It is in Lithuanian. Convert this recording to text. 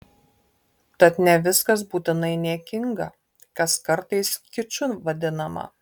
tad ne viskas būtinai niekinga kas kartais kiču vadinama